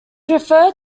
referred